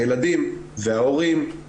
הילדים וההורים,